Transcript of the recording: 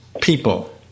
people